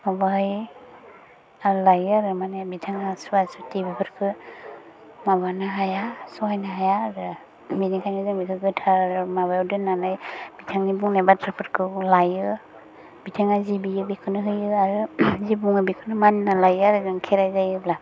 माबायै थाल लायो आरो माने बिथाङा सुवा सुटि बेफोरखौ माबानो हाया सहायनो हाया आरो बिनिखायनो जों बेखौ गोथार माबायाव दोन्नानै बिथांनि बुंनाय बाथ्राफोरखौ लायो बिथाङा जे बियो बेखौनो होयो आरो जि बुङो बेखौनो मानिना लायो आरो जों खेराइ जायोब्ला